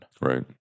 Right